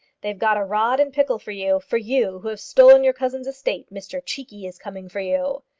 they've got a rod in pickle for you for you, who have stolen your cousin's estate! mr cheekey is coming for you!